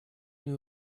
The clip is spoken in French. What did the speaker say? une